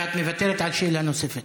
ואת מוותרת על שאלה נוספת.